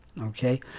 Okay